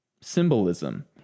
symbolism